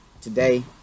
today